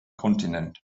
kontinent